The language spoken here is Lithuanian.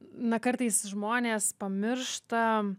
na kartais žmonės pamiršta